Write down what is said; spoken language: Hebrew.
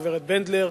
הגברת בנדלר,